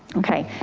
okay,